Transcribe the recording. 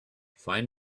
find